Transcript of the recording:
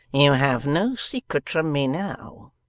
you have no secret from me now